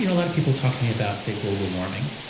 you know a lot of people talk to me about, say, global warming.